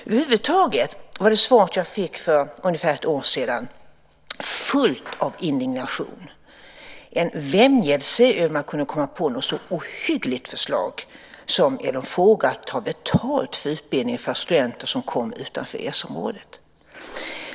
Över huvud taget var det svar som jag fick för ungefär ett år sedan fullt av indignation, en vämjelse över hur man kunde komma på ett så ohyggligt förslag som att ta betalt för utbildningen för studenter som kommer från länder utanför EES-området.